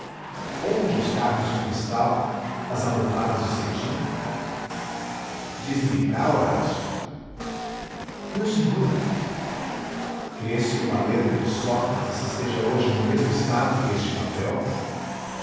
onde os carros de cristal as almofadas de cetim dize-me cá horácio meu senhor crês que uma letra de sócrates esteja hoje no mesmo estado que este papel